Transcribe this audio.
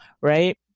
right